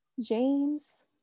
James